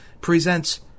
presents